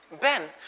Ben